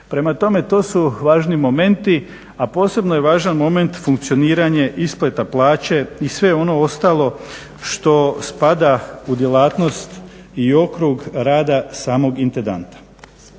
Prema tome, to su važni momenti, a posebno je važan moment funkcioniranje isplata plaće i sve ono ostalo što spada u djelatnost i okrug rada samog intendanta.